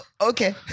Okay